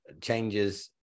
changes